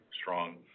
strong